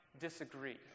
disagree